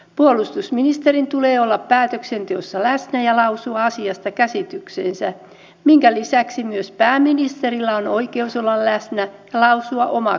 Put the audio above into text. puolustusministerin tulee olla päätöksenteossa läsnä ja lausua asiasta käsityksensä minkä lisäksi myös pääministerillä on oikeus olla läsnä ja lausua oma kantansa